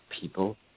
people